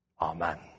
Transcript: Amen